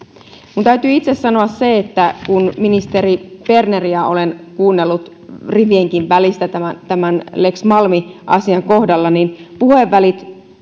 minun täytyy itse sanoa se että kun ministeri berneriä olen kuunnellut rivienkin välistä tämän tämän lex malmi asian kohdalla niin puhevälit